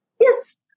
Yes